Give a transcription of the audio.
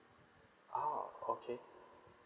ah okay